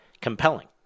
compelling